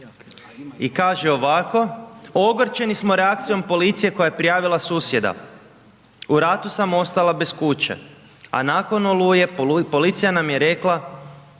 kaže ovako,